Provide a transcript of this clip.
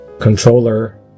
Controller